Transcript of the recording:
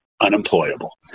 Unemployable